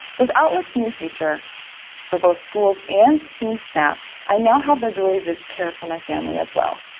with outlook's new feature for both schools and teamsnap, i now have the ability to care for my family as well.